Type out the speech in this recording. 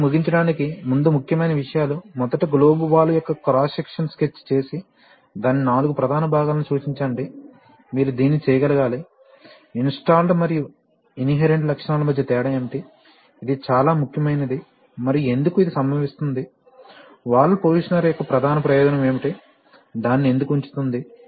కాబట్టి ముగించడానికి ముందు ముఖ్యమైన విషయాలు మొదట గ్లోబ్ వాల్వ్ యొక్క క్రాస్ సెక్షన్ను స్కెచ్ చేసి దాని నాలుగు ప్రధాన భాగాలను సూచిచండి మీరు దీన్ని చేయగలగాలి ఇన్స్టాల్ల్డ్ మరియు ఇన్హెరెంట్ లక్షణాల మధ్య తేడా ఏమిటి ఇది చాలా ముఖ్యమైనది మరియు ఎందుకు ఇది సంభవిస్తుంది వాల్వ్ పొజిషనర్ యొక్క ప్రధాన ప్రయోజనం ఏమిటి దానిని ఎందుకు ఉంచుతుంది